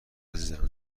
عزیزم